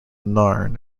narn